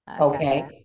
Okay